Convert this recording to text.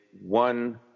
one